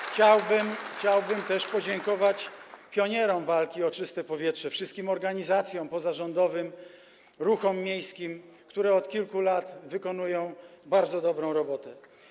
Chciałbym też podziękować pionierom walki o czyste powietrze, wszystkim organizacjom pozarządowym, ruchom miejskim, które od kilku lat wykonują bardzo dobrą robotę.